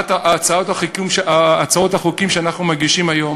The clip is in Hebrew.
הצעות החוקים שאנחנו מגישים היום,